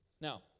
Now